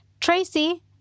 Tracy